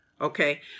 okay